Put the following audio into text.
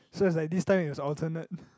so is like this time is alternate